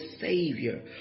Savior